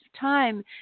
time